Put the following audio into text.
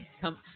Come